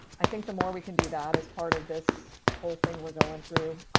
i think the more we can do that as part of this whole thing we're going through,